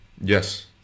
Yes